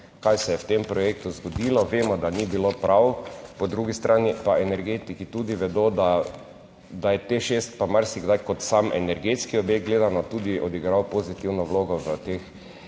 kaj se je v tem projektu zgodilo, vemo, da ni bilo prav, po drugi strani pa energetiki tudi vedo, da je Teš 6 pa marsikdaj kot sam energetski objekt gledano, tudi odigral pozitivno vlogo v teh